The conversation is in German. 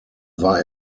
war